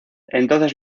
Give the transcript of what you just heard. entonces